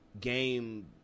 game